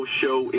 show